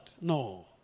No